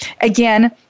Again